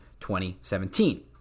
2017